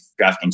DraftKings